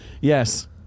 Yes